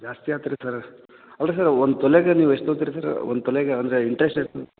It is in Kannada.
ಜಾಸ್ತಿ ಆಯ್ತ್ರಿ ಸರ ಅಲ್ಲ ರೀ ಸರ ಒಂದು ತೊಲೆಗೆ ನೀವು ಎಷ್ಟು ತೊಗೋತೀರಿ ಸರ ಒಂದು ತೊಲೆಗೆ ಅಂದರೆ ಇಂಟ್ರೆಸ್ಟ್ ಎಷ್ಟು